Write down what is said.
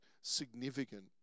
significant